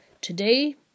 Today